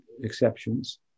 exceptions